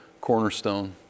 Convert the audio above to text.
cornerstone